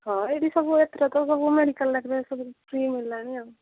ହଁ ଏଇଠି ସବୁ ଏଥରକ ସବୁ ମେଡିକାଲ୍ରେ ପ୍ରାୟ ସବୁ ଫ୍ରି ମିଳିଲାଣି ଆଉ